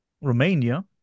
Romania